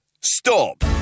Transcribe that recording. Stop